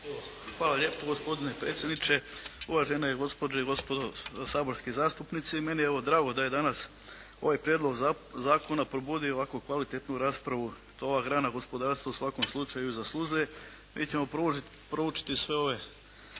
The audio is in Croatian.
Hvala lijepo gospodine predsjedniče, uvažene gospođe i gospodo saborski zastupnici. Meni je evo drago da je danas ovaj prijedlog zakona probudio ovako kvalitetnu raspravu, to ova grana gospodarstva u svakom slučaju i zaslužuje. Mi ćemo proučiti sve ove